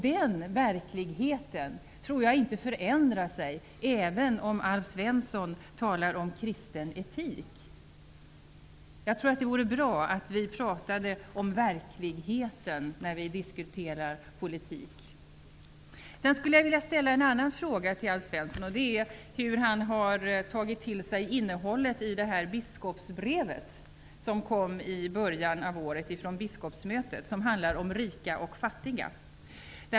Denna verklighet förändras nog inte även om Alf Svensson talar om kristen etik. Det vore bra om vi talade om verkligheten när vi diskuterar politik. Sedan vill jag ställa en annan fråga till Alf Svensson. Jag undrar hur han har tagit till sig innehållet i biskopsbrevet, som kom i början av året från biskopsmötet. Det handlar om rika och fattiga.